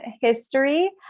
history